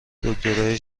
دکترای